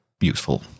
useful